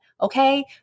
okay